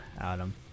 Adam